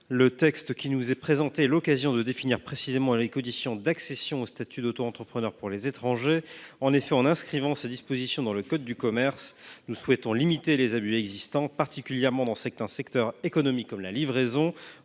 le texte qui nous est présenté est l’occasion de définir précisément les conditions d’accession au statut d’autoentrepreneur pour les étrangers. En inscrivant ces dispositions dans le code de commerce, nous souhaitons limiter les abus constatés, particulièrement dans certains secteurs économiques, comme la livraison,